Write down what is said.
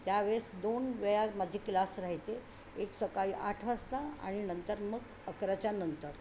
त्यावेळेस दोन वेळा माझी क्लास राहायचे एक सकाळी आठ वाजता आणि नंतर मग अकराच्या नंतर